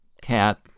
cat